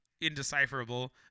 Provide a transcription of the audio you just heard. indecipherable